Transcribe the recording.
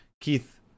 Keith